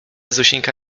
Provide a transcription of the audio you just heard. zosieńka